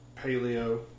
paleo